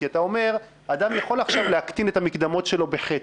כי אתה אומר שאדם יכול עכשיו להקטין את המקדמות שלו בחצי.